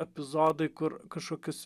epizodai kur kažkokius